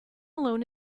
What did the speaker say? alone